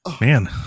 Man